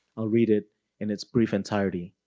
i'll read it in its brief entirety.